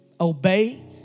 Obey